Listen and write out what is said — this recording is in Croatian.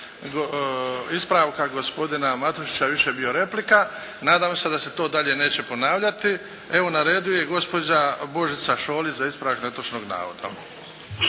ispravka gospodina Matušića više bio replika. Nadam se da se to dalje neće ponavljati. Evo, na redu je gospođa Božica Šolić za ispravak netočnog navoda.